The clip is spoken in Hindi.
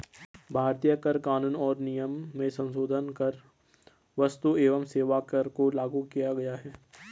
भारतीय कर कानून और नियम में संसोधन कर क्स्तु एवं सेवा कर को लागू किया गया है